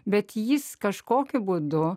bet jis kažkokiu būdu